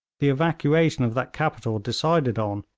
the evacuation of that capital decided on,